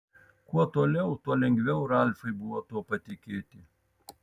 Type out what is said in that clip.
kuo toliau tuo lengviau ralfui buvo tuo patikėti